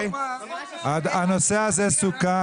הנושא הזה סוכם.